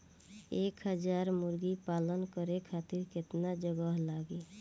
एक हज़ार मुर्गी पालन करे खातिर केतना जगह लागी?